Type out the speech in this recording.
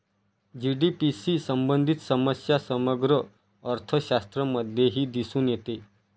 GDP शी संबंधित समस्या समग्र अर्थशास्त्रामध्येही दिसून येते